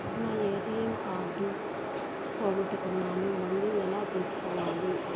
నా ATM card పోగొట్టుకున్నాను, మళ్ళీ ఎలా తీసుకోవాలి?